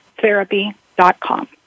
therapy.com